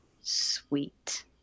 Sweet